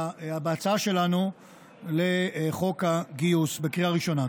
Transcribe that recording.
בהצעה שלנו לחוק הגיוס בקריאה ראשונה.